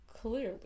clearly